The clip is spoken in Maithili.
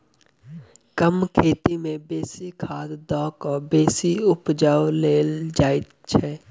कम खेत मे बेसी खाद द क बेसी उपजा लेल जाइत छै